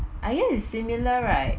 I guess is similar right